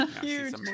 huge